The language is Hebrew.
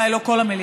אולי לא כל המליאה,